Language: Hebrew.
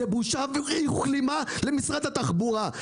זה בושה וכלימה למשרד התחבורה.